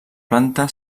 planta